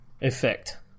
effect